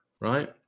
right